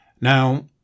Now